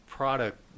product